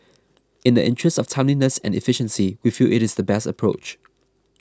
in the interest of timeliness and efficiency we feel it is the best approach